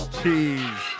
Cheese